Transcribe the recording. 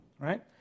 right